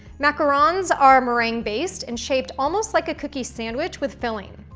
macarons are meringue based and shaped almost like a cookie sandwich with filling.